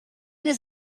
does